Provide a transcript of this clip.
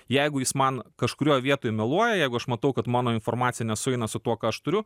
jeigu jis man kažkurioj vietoj meluoja jeigu aš matau kad mano informacija nesueina su tuo ką aš turiu